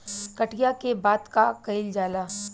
कटिया के बाद का कइल जाला?